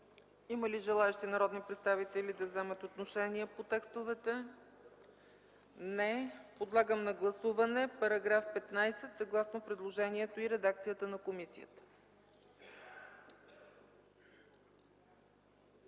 Има ли желаещи народни представители да вземат отношение по текстовете? Не. Подлагам на гласуване § 15 съгласно предложението и редакцията на комисията.